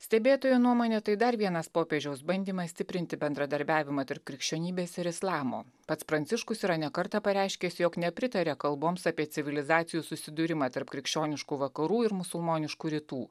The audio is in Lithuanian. stebėtojo nuomone tai dar vienas popiežiaus bandymas stiprinti bendradarbiavimą tarp krikščionybės ir islamo pats pranciškus yra ne kartą pareiškęs jog nepritaria kalboms apie civilizacijų susidūrimą tarp krikščioniškų vakarų ir musulmoniškų rytų